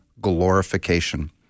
glorification